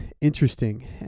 interesting